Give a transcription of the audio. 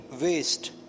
waste